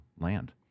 land